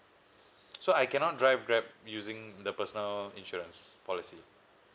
so I cannot drive grab using the personal insurance policy